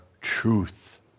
truth